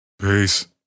Peace